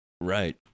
Right